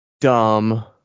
dumb